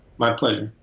my plan,